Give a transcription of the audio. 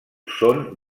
són